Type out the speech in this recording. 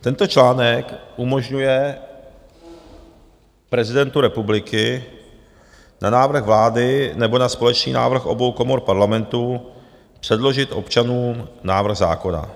Tento článek umožňuje prezidentu republiky na návrh vlády nebo na společný návrh obou komor parlamentu předložit občanům návrh zákona.